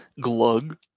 Glug